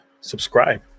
subscribe